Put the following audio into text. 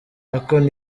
akon